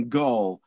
goal